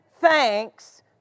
thanks